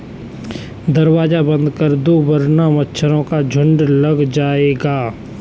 दरवाज़ा बंद कर दो वरना मच्छरों का झुंड लग जाएगा